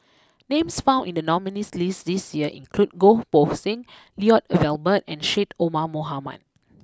names found in the nominees list this year include Goh Poh Seng Lloyd Valberg and Syed Omar Mohamed